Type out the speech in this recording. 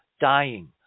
dying